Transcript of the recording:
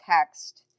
text